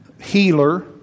healer